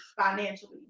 financially